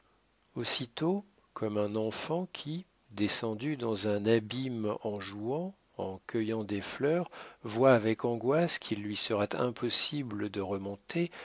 aussitôt comme un enfant qui descendu dans un abîme en jouant en cueillant des fleurs voit avec angoisse qu'il lui sera impossible de remonter